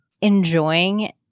enjoying